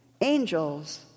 angels